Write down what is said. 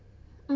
mm